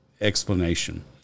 explanation